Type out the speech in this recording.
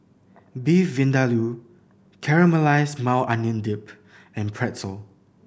Beef Vindaloo Caramelized Maui Onion Dip and Pretzel